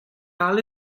all